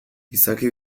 izaki